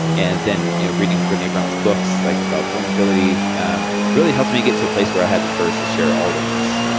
and then you know reading brene brown's books like about vulnerability um really helped me get to a place where i had the courage to share all of this.